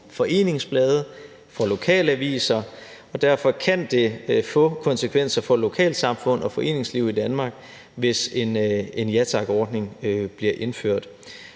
foreningsblade, for lokalaviser, og derfor kan det få konsekvenser for lokalsamfund og foreningsliv i Danmark, hvis en Ja Tak-ordning bliver indført.